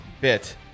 bit